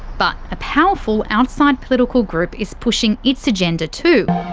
but a powerful outside political group is pushing its agenda too,